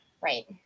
right